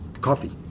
Coffee